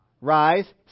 rise